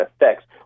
effects